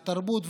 על התרבות,